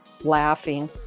laughing